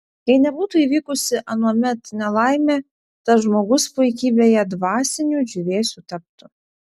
jei nebūtų įvykusi anuomet nelaimė tas žmogus puikybėje dvasiniu džiūvėsiu taptų